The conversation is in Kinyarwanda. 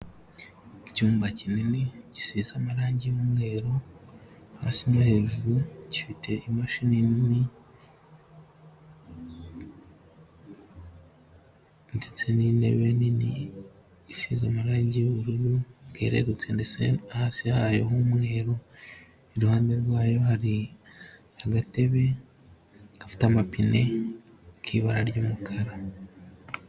Icyumba kinini gisize amarange y'umweru hasi no hejuru, gifite imashini nini ndetse n'intebe nini isize amarange y'ubururu bwererutse ndetse hasi hayo h'umweru, iruhande rwayo hari agatebe gafite amapine k'ibara ry'umukara.